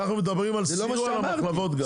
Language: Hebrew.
אנחנו מדברים על סיוע למחלבות גם.